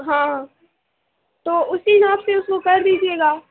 ہاں تو اُسی ناپ سے اس کو کر دیجیے گا